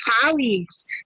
colleagues